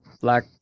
black